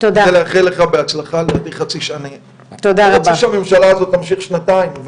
אני רוצה לאחל לך בהצלחה --- שהממשלה הזאת תמשיך שנתיים.